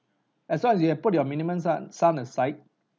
as long as you put your minimum sum sum aside